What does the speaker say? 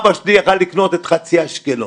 אבא שלי יכול היה לקנות את חצי אשקלון,